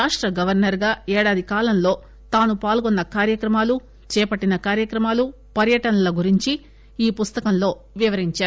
రాష్ట గవర్నర్ గా ఏడాది కాలంలో తాను పాల్గొన్న కార్యక్రమాలు చేపట్టిన కార్యక్రమాలు పర్యటనల గురించి ఈ పుస్తకంలో వివరించారు